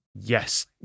Yes